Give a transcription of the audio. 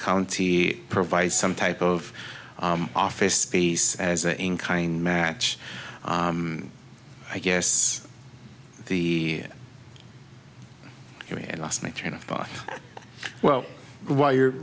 county provides some type of office space as a in kind match i guess the man lost my train of thought well while you're